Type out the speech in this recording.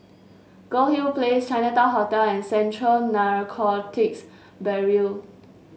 Goldhill Place Chinatown Hotel and Central Narcotics Bureau